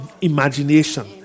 imagination